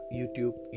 YouTube